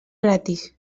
gratis